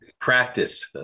practice